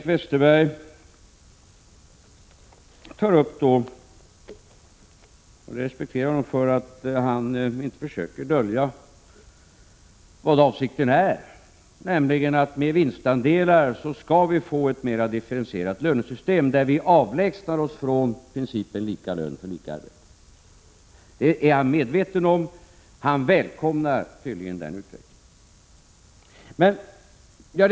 Jag respekterar Bengt Westerberg för att han inte försöker dölja vad avsikten är, nämligen att vi med vinstandelar skall få ett mera differentierat lönesystem och avlägsna oss från principen lika lön för lika arbete. Det är han medveten om, och han välkomnar tydligen den utvecklingen.